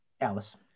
Alice